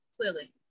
clearly